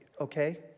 Okay